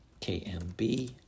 KMB